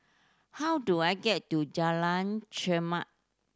how do I get to Jalan Chermat